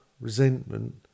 resentment